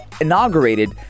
inaugurated